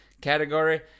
category